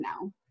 now